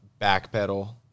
backpedal